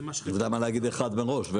אז למה להגיד אחד מראש?